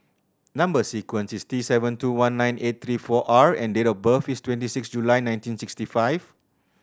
number sequence is T seven two one nine eight three four R and date of birth is twenty six July nineteen sixty five